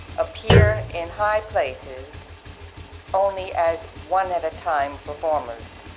appear in high places only as one at a time performers,